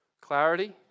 clarity